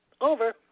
over